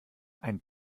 ein